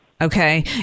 Okay